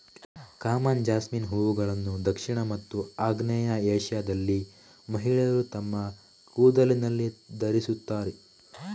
common jasmine ಹೂವುಗಳನ್ನು ದಕ್ಷಿಣ ಮತ್ತು ಆಗ್ನೇಯ ಏಷ್ಯಾದಲ್ಲಿ ಮಹಿಳೆಯರು ತಮ್ಮ ಕೂದಲಿನಲ್ಲಿ ಧರಿಸುತ್ತಾರೆ